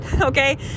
okay